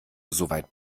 soweit